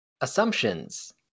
assumptions